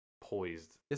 poised